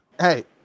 Hey